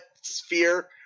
sphere